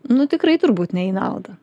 nu tikrai turbūt ne į naudą